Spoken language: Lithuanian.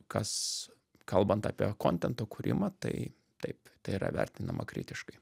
kas kalbant apie kontento kūrimą tai taip tai yra vertinama kritiškai